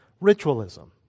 Ritualism